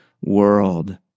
world